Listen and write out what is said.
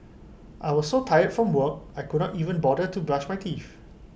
I was so tired from work I could not even bother to brush my teeth